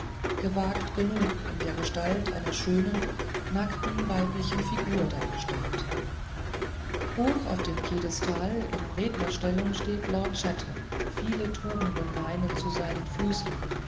gewagt genug in der gestalt einer schönen nackten weiblichen figur dargestellt hoch auf dem piedestal in rednerstellung steht lord chatham viele tugenden weinen zu seinen füßen